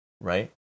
right